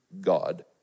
God